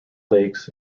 lakes